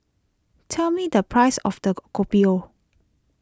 tell me the price of Kopi O